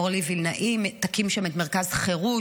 אורלי וילנאי תקים שם את מרכז חירות,